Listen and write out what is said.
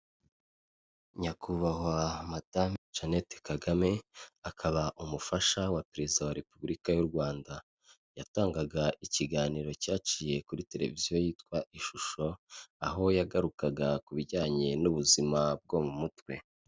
Nyakubahwa madame Jeannette KAGAME akaba umufasha wa perezida wa repubulika y'u Rwanda yatangaga ikiganiro cyaciye kuri televiziyo yitwa ishusho aho yagarukaga ku bijyanye n'ubuzima bwo mu mutwe.